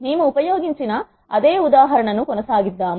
మేము ఉపయోగించిన అదే ఉదాహరణ ను కొనసాగిద్దాం